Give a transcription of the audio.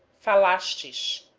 falasseis